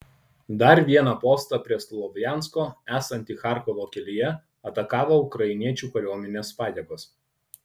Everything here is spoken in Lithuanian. dar vieną postą prie slovjansko esantį charkovo kelyje atakavo ukrainiečių kariuomenės pajėgos